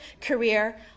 career